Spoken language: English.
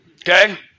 Okay